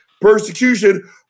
persecution